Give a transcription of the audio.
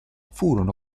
furono